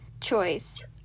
choice